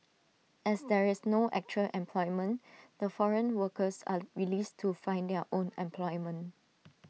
as there is no actual employment the foreign workers are released to find their own employment